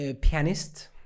pianist